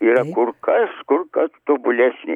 yra kur kas kur kas tobulesnė